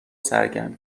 سرگرم